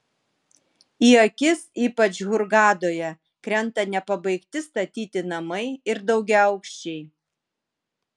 į akis ypač hurgadoje krenta nepabaigti statyti namai ir daugiaaukščiai